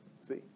See